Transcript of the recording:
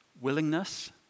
willingness